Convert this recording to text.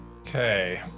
Okay